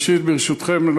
ראשית, ברשותכם,